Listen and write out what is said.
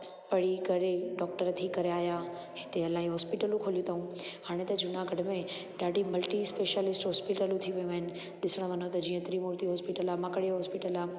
पढ़ी करे डॉक्टर थी करे आहिया हिते अलाई हॉस्पीटल खोली अथऊं हाणे त जूनागढ़ में ॾाढी मल्टी स्पेशल हॉस्पीटल थी वियूं आहिनि ॾिसणु वञूं त जीअं त्रिमूर्ती हॉस्पीटल माकड़े हॉस्पीटल आहे